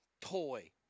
toy